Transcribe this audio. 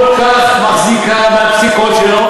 שאת כל כך מחזיקה מהפסיקות שלו?